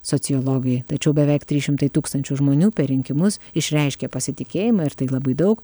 sociologai tačiau beveik trys šimtai tūkstančių žmonių per rinkimus išreiškė pasitikėjimą ir tai labai daug